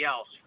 else